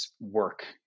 work